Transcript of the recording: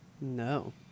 No